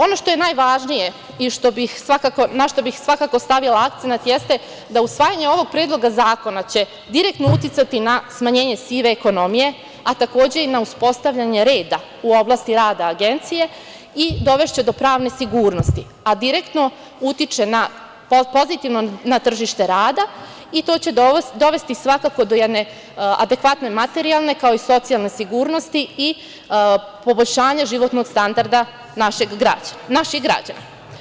Ono što je najvažnije i na šta bih stavila akcenat jeste da usvajanje ovog predloga zakona će direktno uticati na smanjenje sive ekonomije, a takođe i na uspostavljanje reda u oblasti rada agencije i dovešće do pravne sigurnosti, a direktno utiče pozitivno na tržište rada i to će dovesti, svakako, do jedne adekvatne materijalne, kao i socijalne sigurnosti i poboljšanja životnog standarda naših građana.